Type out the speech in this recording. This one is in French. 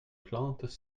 plantes